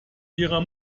ihrer